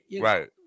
right